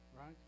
right